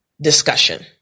discussion